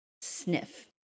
sniff